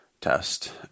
test